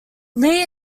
lee